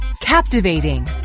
Captivating